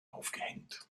aufgehängt